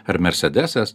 ar mersedesas